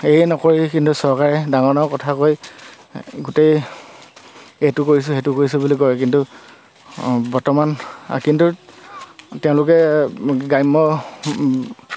সেয়ে নকৰি কিন্তু চৰকাৰে ডাঙৰ ডাঙৰ কথাকৈ গোটেই এইটো কৰিছোঁ সেইটো কৰিছোঁ বুলি কয় কিন্তু বৰ্তমান কিন্তু তেওঁলোকে গ্ৰাম্য